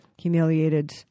humiliated